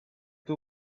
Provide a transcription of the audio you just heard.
two